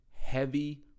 heavy